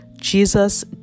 Jesus